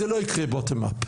זה לא יקרה Bottom-Up.